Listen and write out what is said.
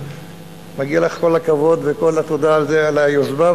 מגיע לך כל הכבוד וכל התודה על היוזמה.